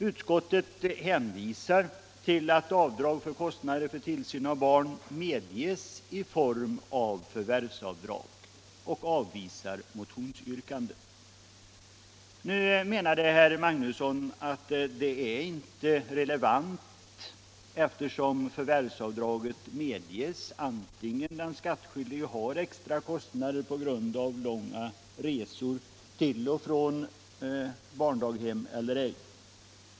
Utskottet hänvisar till att avdrag för kostnader för tillsyn av barn medges i form av förvärvsavdrag och avvisar motionsyrkandet. Herr Magnusson i Borås menade att detta inte är relevant, eftersom förvärvsavdraget medges antingen den skattskyldige har extrakostnader på grund av långa resor till och från barndaghem eller ej.